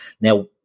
Now